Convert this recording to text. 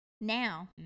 now